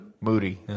Moody